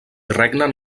regnen